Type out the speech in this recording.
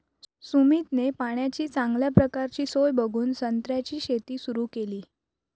सुमितने पाण्याची चांगल्या प्रकारची सोय बघून संत्र्याची शेती सुरु केली